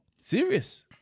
Serious